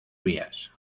vías